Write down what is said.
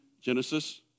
Genesis